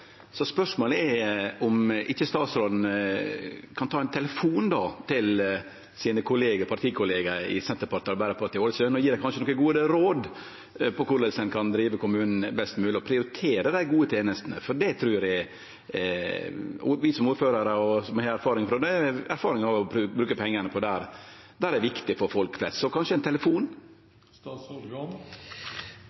Spørsmålet er om han ikkje kan ta ein telefon til partikollegaene sine i Senterpartiet og Arbeidarpartiet i Ålesund og kanskje gje dei nokre gode råd om korleis ein kan drive kommunen best mogleg og prioritere dei gode tenestene, for eg trur vi som har vore ordførarar, har erfaring med å bruke pengane der det er viktig for folk flest. Så kanskje ein telefon?